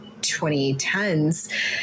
2010s